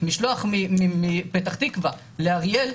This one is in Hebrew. משלוח מפתח תקווה לאריאל,